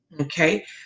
Okay